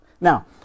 Now